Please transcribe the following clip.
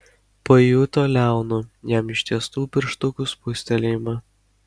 pajuto liaunų jam ištiestų pirštukų spustelėjimą